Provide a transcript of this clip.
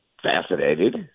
Fascinated